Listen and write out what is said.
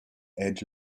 edge